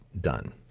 done